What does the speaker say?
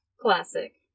Classic